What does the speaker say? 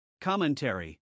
Commentary